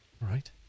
Right